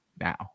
now